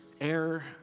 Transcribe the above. air